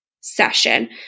session